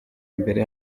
mbere